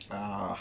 (uh huh)